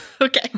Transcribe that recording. Okay